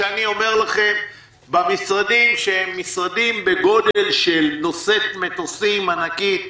כשאני אומר לכם: במשרדים שהם משרדים בגודל של נושאת מטוסים ענקית,